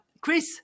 Chris